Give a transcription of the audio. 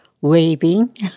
waving